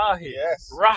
Yes